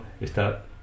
está